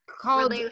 Called